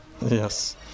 Yes